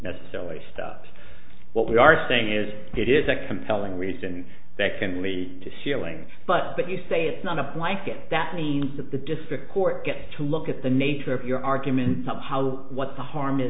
necessarily stop what we are saying is it is a compelling reason that can lead to sealing but that you say it's not a blanket that means that the district court gets to look at the nature of your argument somehow what the harm is